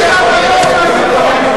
זה מה שקורה,